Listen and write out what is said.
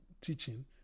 teaching